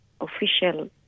official